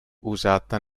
usata